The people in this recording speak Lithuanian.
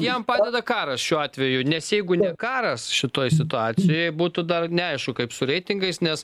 jam padeda karas šiuo atveju nes jeigu ne karas šitoj situacijoj būtų dar neaišku kaip su reitingais nes